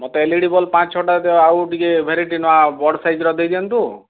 ମୋତେ LED bulb ପାଞ୍ଚ ଛଅଟା ଆଉ ଟିକେ ଭେରାଇଟି ନା ବଡ଼ ସାଇଜ୍ ର ଦେଇଦିଅନ୍ତୁ